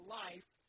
life